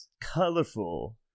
colorful